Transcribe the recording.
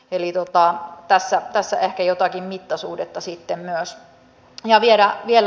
eli tässä ehkä jotakin mittasuhdetta sitten myös